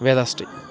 Vedasri